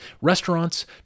Restaurants